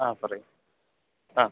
ആ പറയൂ ആ